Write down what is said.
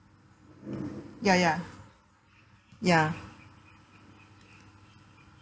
ya ya ya